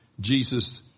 Jesus